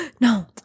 no